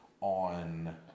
on